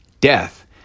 Death